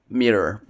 mirror